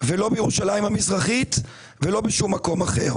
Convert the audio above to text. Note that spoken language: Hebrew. לא בירושלים המזרחית ולא בשום מקום אחר.